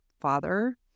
father